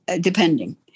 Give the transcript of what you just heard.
depending